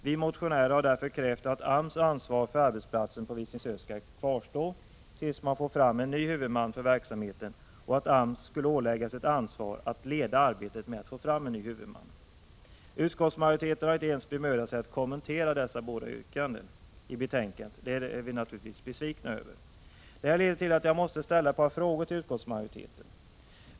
Vi motionärer har därför krävt att AMS ansvar för arbetsplatsen på Visingsö skall kvarstå tills man får fram en ny huvudman för verksamheten och att AMS skall åläggas ett ansvar att leda arbetet med att få fram en ny huvudman. Utskottsmajoriteten har inte ens bemödat sig att i betänkandet kommentera dessa yrkanden. Det är vi naturligtvis besvikna över. Det här leder till att jag måste ställa ett par frågor till utskottsmajoriteten.